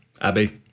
Abby